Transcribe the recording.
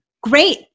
Great